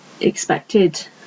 expected